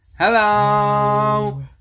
Hello